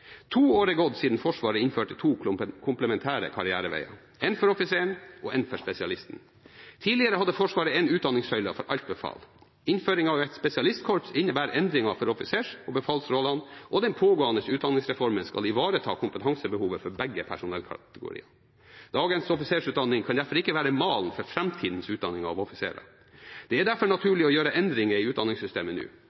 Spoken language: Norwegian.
er gått to år siden Forsvaret innførte to komplementære karriereveier – én for offiseren og én for spesialisten. Tidligere hadde Forsvaret én utdanningssøyle for alt befal. Innføring av et spesialistkorps innebærer endringer for offisers- og befalsrollene, og den pågående utdanningsreformen skal ivareta kompetansebehovet til begge personellkategoriene. Dagens offiserutdanning kan derfor ikke være malen for framtidens utdanning av offiserer. Det er derfor